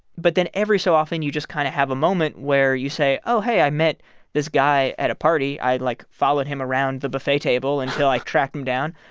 but then every so often, you just kind of have a moment where you say, oh, hey, i met this guy at a party. i, like, followed him around the buffet table until i tracked him down,